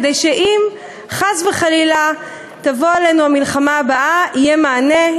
כדי שאם חס וחלילה תבוא עלינו המלחמה הבאה יהיה מענה,